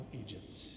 Egypt